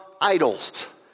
idols